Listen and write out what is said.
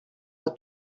moi